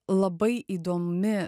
labai įdomi